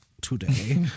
today